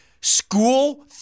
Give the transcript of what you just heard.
School